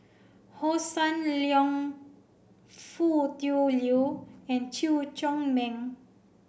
Hossan Leong Foo Tui Liew and Chew Chor Lin